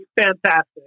fantastic